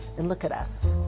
and look at us.